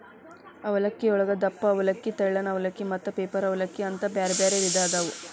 ಅವಲಕ್ಕಿಯೊಳಗ ದಪ್ಪನ ಅವಲಕ್ಕಿ, ತೆಳ್ಳನ ಅವಲಕ್ಕಿ, ಮತ್ತ ಪೇಪರ್ ಅವಲಲಕ್ಕಿ ಅಂತ ಬ್ಯಾರ್ಬ್ಯಾರೇ ವಿಧ ಅದಾವು